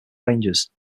rangers